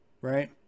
Right